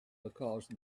because